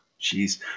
Jeez